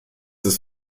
ist